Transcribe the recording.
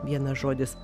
vienas žodis